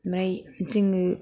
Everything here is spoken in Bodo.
ओमफ्राय जोङो